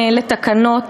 לתקנות